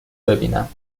ببینم